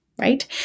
Right